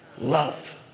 love